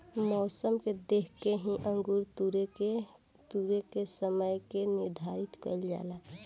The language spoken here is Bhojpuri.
मौसम के देख के ही अंगूर तुरेके के समय के निर्धारित कईल जाला